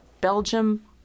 Belgium